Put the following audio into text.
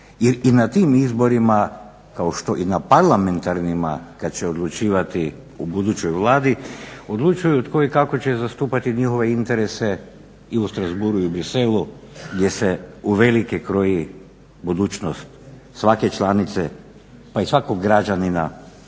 i na tim izborima, kao i što na parlamentarnima kad će odlučivati o budućoj Vladi, odlučuju tko i kako će zastupati njihove interese i u Strassbourgu i u Bruxellesu gdje se uvelike kroji budućnost svake članice, pa i svakog građanina